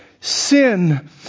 sin